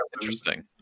interesting